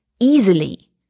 easily